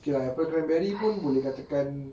K lah apple cranberry pun boleh katakan